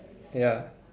ya